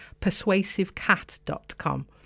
persuasivecat.com